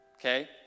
Okay